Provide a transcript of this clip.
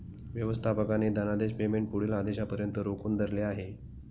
व्यवस्थापकाने धनादेश पेमेंट पुढील आदेशापर्यंत रोखून धरले आहे